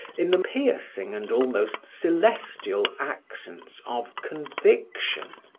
in the piercing and almost celestial accents of conviction.